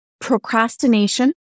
procrastination